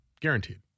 Guaranteed